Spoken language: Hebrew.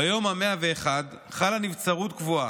ביום ה-101 חלה נבצרות קבועה,